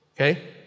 okay